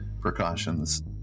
precautions